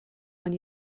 one